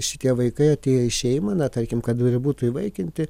šitie vaikai atėję į šeimą na tarkim kad būtų įvaikinti